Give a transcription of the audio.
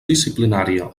disciplinària